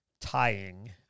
tying